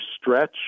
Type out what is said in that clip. stretch